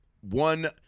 one